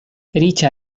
riĉa